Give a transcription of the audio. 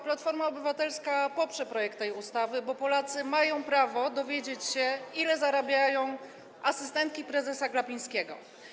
Platforma Obywatelska poprze projekt tej ustawy, bo Polacy mają prawo dowiedzieć się, ile zarabiają asystentki prezesa Glapińskiego.